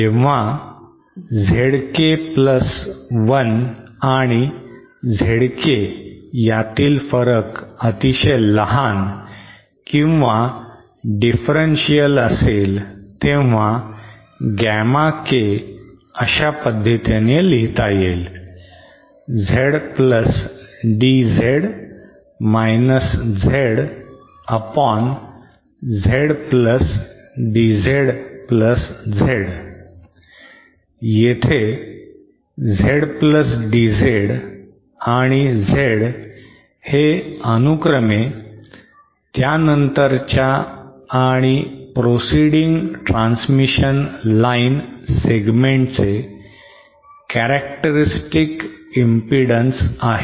जेव्हा Zk plus 1आणि ZK यातील फरक अतिशय लहान किंवा डिफरंशिअल असेल तेव्हा गॅमा के अशा पद्धतीने लिहिता येईल Z plus DZ minus Z upon Z plus DZ plus Z येथे Z plus DZ आणि Z हे अनुक्रमे त्यानंतरच्या आणि प्रोसिडिंग ट्रान्समिशन लाईन सेगमेंटचे कॅरॅक्टरिस्टिक इम्पीडन्स आहे